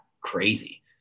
crazy